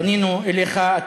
פנינו אליך,